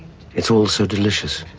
it's all so delicious,